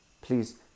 Please